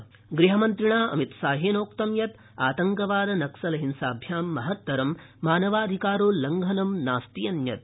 अमितशाहः गृहमन्त्रिणा अमितशाहेनोक्त यत् आतङ्वाद नक्सल हिंसाभ्यां महत्तरं मानवाधिकारोल्लङ्घनम् नास्ति अन्यत्